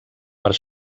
per